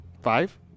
five